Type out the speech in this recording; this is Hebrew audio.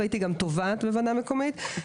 הייתי גם תובעת בוועדה מקומית.